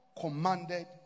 commanded